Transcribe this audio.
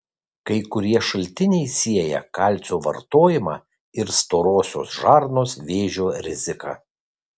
kai kurie šaltiniai sieja kalcio vartojimą ir storosios žarnos vėžio riziką